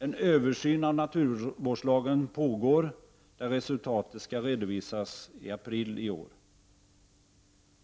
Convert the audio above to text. En översyn av naturvårdslagen pågår. Resultatet skall redovi-as i april i år.